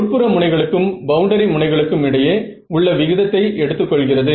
உட்புற முனைகளுக்கும் பவுண்டரி முனைகளுக்கும் இடையே உள்ள விகிதத்தை எடுத்து கொள்கிறது